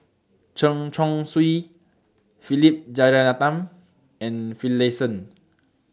Chen Chong Swee Philip Jeyaretnam and Finlayson